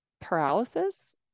paralysis